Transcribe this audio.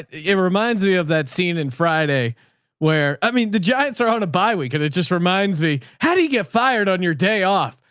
it reminds me of that scene in friday where, i mean the giants are on a bi-week and it just reminds me, how do you get fired on your day off?